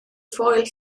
foel